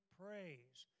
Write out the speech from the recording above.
praise